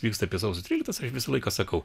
vyksta apie sausio tryliktosios aš visą laiką sakau